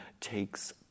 takes